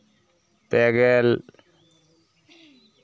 ᱯᱮ ᱜᱮᱞ